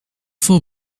for